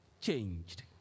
changed